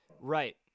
right